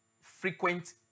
frequent